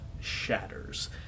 shatters